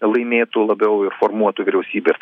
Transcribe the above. laimėtų labiau ir formuotų vyriausybės